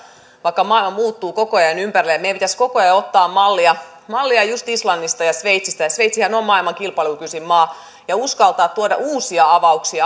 vaikka maailma muuttuu koko ajan ympärillä ja meidän pitäisi koko ajan ottaa mallia mallia just islannista ja sveitsistä sveitsihän on maailman kilpailukykyisin maa ja uskaltaa tuoda uusia avauksia